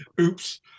Oops